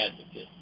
advocate